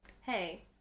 Hey